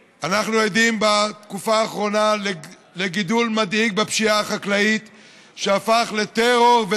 כולנו זהים וכולנו יודעים מה יקרה לנו היום אם חלילה תפרוץ מלחמת טילים